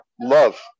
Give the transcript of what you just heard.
love